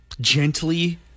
gently